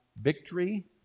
victory